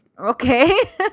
Okay